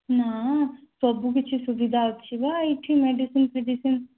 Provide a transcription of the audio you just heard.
ନା ସବୁ କିଛି ସୁବିଧା ଅଛି ବା ଏଇଠି ମେଡିସିନ୍ ଫେଡ଼ିସିନ୍